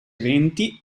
eventi